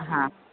हा